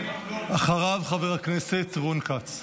אחריו, חבר הכנסת רון כץ.